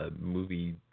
Movie